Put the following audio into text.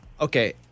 okay